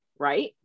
Right